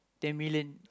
ten million